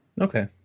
Okay